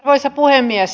arvoisa puhemies